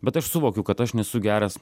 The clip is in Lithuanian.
bet aš suvokiu kad aš nesu geras